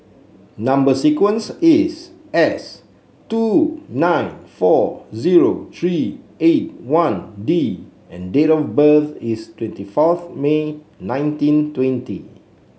number sequence is S two nine four zero three eight one D and date of birth is twenty fourth May nineteen twenty